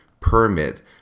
permit